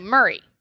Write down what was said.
Murray